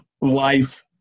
life